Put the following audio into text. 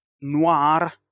noir